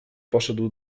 poszedł